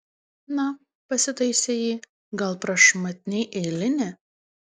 na pasitaisė ji gal prašmatniai eilinė